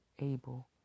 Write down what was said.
able